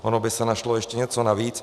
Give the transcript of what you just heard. Ono by se našlo ještě něco navíc.